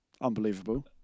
Unbelievable